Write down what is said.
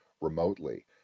remotely